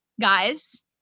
guys